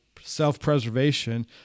self-preservation